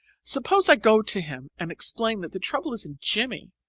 suppose i go to him and explain that the trouble isn't jimmie,